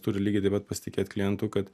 turi lygiai taip pat pasitikėt klientu kad